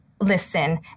listen